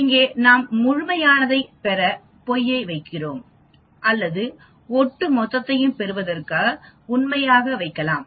இங்கே நாம் முழுமையானதைப் பெற பொய்யை வைக்கிறோம் அல்லது ஒட்டுமொத்தத்தைப் பெறுவதற்கு உண்மையாக வைக்கலாம்